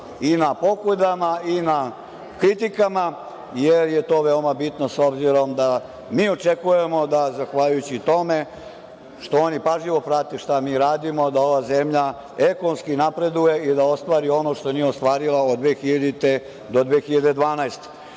i na pokudama, i na kritikama, jer je to veoma bitno s obzirom da mi očekujemo da, zahvaljujući tome što oni pažljivo prate šta mi radimo, da ova zemlja ekonomski napreduje i da ostvari ono što nije ostvarila od 2000. do 2012.